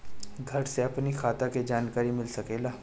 घर से अपनी खाता के जानकारी मिल सकेला?